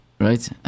right